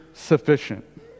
sufficient